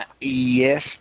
Yes